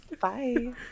Bye